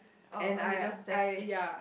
oh okay those backstage